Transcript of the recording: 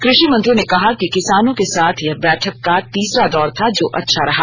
कृषि मंत्री ने कहा कि किसानों के साथ यह बैठक का तीसरा दौर था जो अच्छा रहा